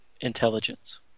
Intelligence